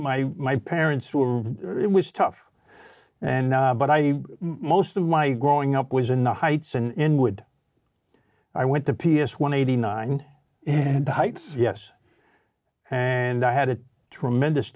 my my parents it was tough and but i most of my growing up was in the heights and inwood i went to p s one eighty nine and the heights yes and i had a tremendous